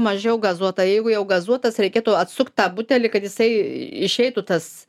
mažiau gazuotą jeigu jau gazuotas reikėtų atsukt tą butelį kad jisai išeitų tas